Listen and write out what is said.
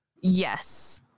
Yes